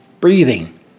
breathing